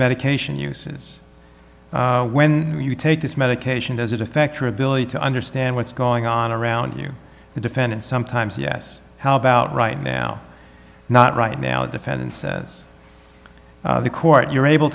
medication uses when you take this medication does it affect your ability to understand what's going on around here the defendant sometimes yes how about right now not right now the defendant says the court you're able